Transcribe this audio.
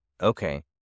Okay